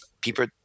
people